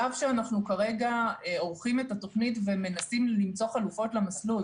כרגע אנחנו עורכים את התוכנית ומנסים למצוא חלופות למסלול.